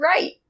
right